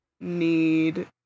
need